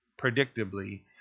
predictably